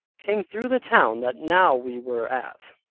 came through the town that now we were at.